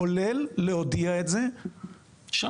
כולל להודיע את זה שם,